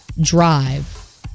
drive